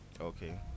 okay